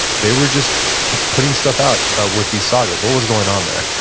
they were just putting stuff out with these sagas. what was going ah in there?